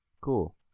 Cool